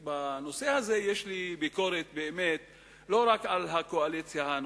בנושא הזה יש לי ביקורת לא רק על הקואליציה הנוכחית.